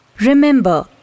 Remember